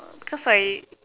uh because I